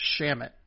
Shamit